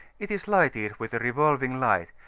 it is lighted with a revolving light,